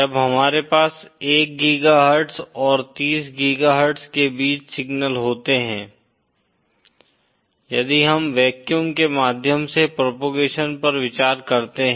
जब हमारे पास 1 गीगाहर्ट्ज और 30 गीगाहर्ट्ज के बीच सिग्नल होते हैं यदि हम वैक्यूम के माध्यम से प्रोपोगेशन पर विचार करते हैं